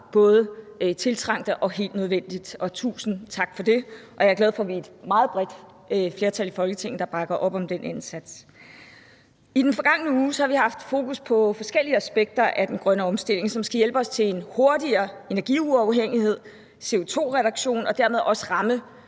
både tiltrængte og helt nødvendige, og tusind tak for det. Jeg er glad for, at vi er et meget bredt flertal i Folketinget, der bakker op om den indsats. I den forgangne uge har vi haft fokus på forskellige aspekter af den grønne omstilling, som skal hjælpe os til hurtigere energiuafhængighed, CO2-reduktion og dermed også ramme